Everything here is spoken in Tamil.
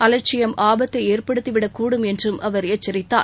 அலட்சியம் ஆபத்தை ஏற்படுத்திவிடக் கூடும் என்றும் அவர் எச்சரித்தார்